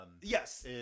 Yes